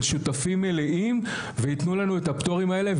שותפים מלאים ויתנו לנו את הפטורים האלה,